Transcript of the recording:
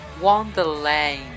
Wonderland